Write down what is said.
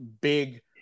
big